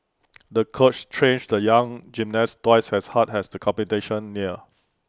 the coach trained the young gymnast twice as hard as the competition neared